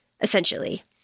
essentially